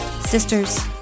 sisters